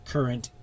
current